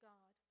God